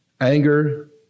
Anger